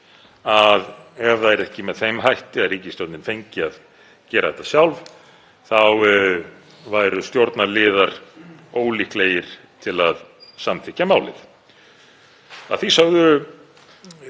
að ef það yrði ekki með þeim hætti að ríkisstjórnin fengi að gera þetta sjálf þá væru stjórnarliðar ólíklegir til að samþykkja málið. Að því sögðu